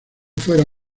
fuera